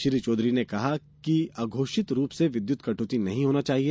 श्री चौधरी ने कहा है कि अघोषित रूप से विद्युत कटौती नहीं होना चाहिए